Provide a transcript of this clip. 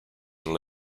and